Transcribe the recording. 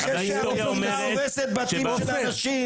אחרי שהמדינה הורסת בתים של אנשים